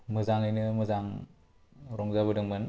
मोजाङैनो मोजां रंजाबोदोंमोन